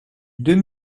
deux